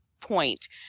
point